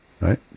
Right